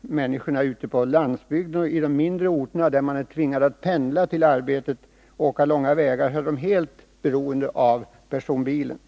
Människorna ute på landsbygden och i de mindre orterna, där man är tvingad att pendla till arbetet och åka långa sträckor, är helt beroende av personbilen.